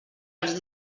els